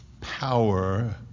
power